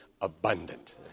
abundant